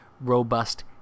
robust